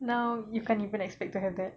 now you can't even expect to have that